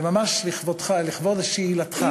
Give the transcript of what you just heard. זה ממש לכבודך, לכבוד שאלתך.